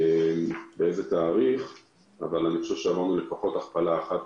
אבל אני חושב שמאז עברנו לפחות הכפלה אחת,